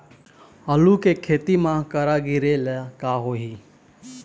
आलू के खेती म करा गिरेले का होही?